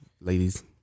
ladies